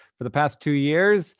for the past two years,